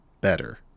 better